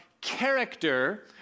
character